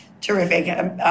Terrific